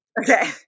Okay